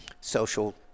social